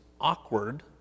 awkward